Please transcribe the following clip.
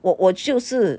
我我就是